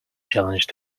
challenged